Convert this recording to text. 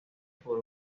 por